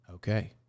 Okay